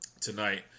tonight